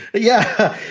yeah.